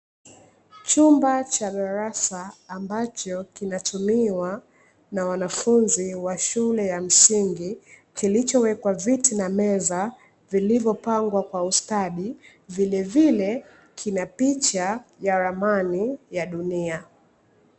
Chumba cha darasa ambacho kinatumiwa na wanafunzi wa shule ya msingi, kilichowekwa viti na meza vilivyopangwa kwa ustadi; vilevile kina picha ya ramani ya dunia.